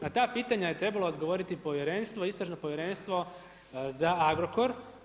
Na ta pitanja je trebalo odgovoriti povjerenstvo, Istražno povjerenstvo za Agrokor.